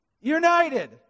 united